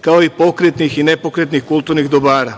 kao i pokretnih i nepokretnih kulturnih dobara.